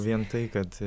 vien tai kad